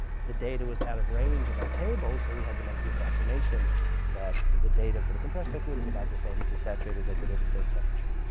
the data was out of range of our table, so we had to make the approximation that the data for the compressed liquid is about the same as the saturated liquid at the same temperature.